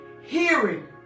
Hearing